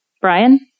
Brian